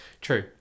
True